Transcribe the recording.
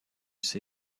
see